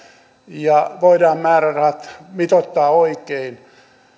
määrärahat voidaan mitoittaa oikein ja